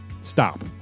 Stop